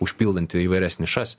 užpildanti įvairias nišas